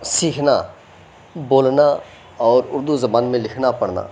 سیکھنا بولنا اور اُردو زبان میں لکھنا پڑھنا